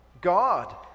God